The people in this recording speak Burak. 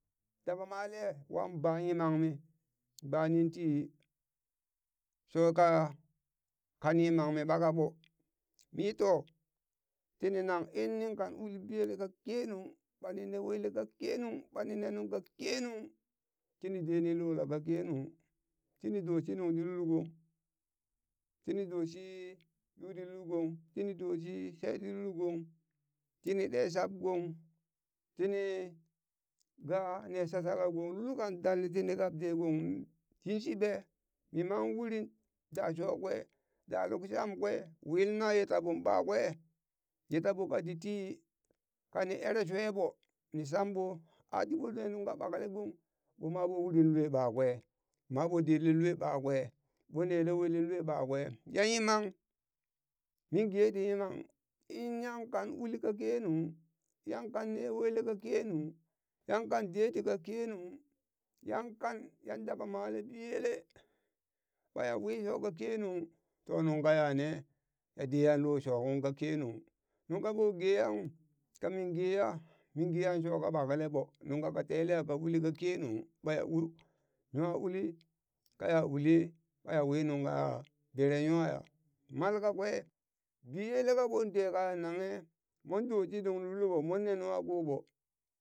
Daba male wan ba yimammi banin tii shoka kan yimmammi ɓaka ɓo mi to tinni nang inmi kan uli biyele ka kenung, ɓani ne wele ka kenung, ɓani ne nungka kenung; tini de ni lolat ka kenung, tini do shi nungti lul gong, tini doshi yu ti lul gon, tini doshi sheti lul gong, tinin ɗe shab gong, tini ga ne shashalau gong, lulkan dalni tini gabde gong. Yinshiɓe mima uri da sho kwe, da luk sham kwe, win naye taɓon ɓakwe ye taɓo kati tii, kani ere shue ɓo ni shamɓo a tiɓo ne nungka ɓakle gong ɓoma ɓo urin lue ɓakwe, ma ɓo deleng lue ɓakwe ɓon nele welen lue ɓakwe, ya yi mang min ge ti yimang; in yan kan uli ka kenung, yan kanne wele ka kenung, yan kan de tika kenung, yan kan yan daba male biyele? ɓaya wi shoka kenung to nung kaya ne ya deya lo shokung ka kenung, nungka ɓo geya kung ka mi geya mi geyan shoka ɓakle ɓo nungka ka teleya ka uli ka kenung, baya u nwa uli kaya ulli baya wi nungka ya beren nwaya. malkakwe biyele kaɓon de kayan nanghe mon doshi nungti lulɓo, mon ne nuwa ko ɓo.